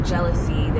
Jealousy